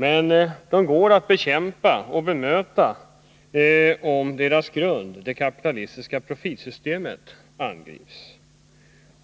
Men de går att bekämpa och bemöta om deras grund, det kapitalistiska profitsystemet, angrips.